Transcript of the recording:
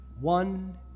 one